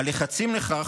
"הלחצים לכך",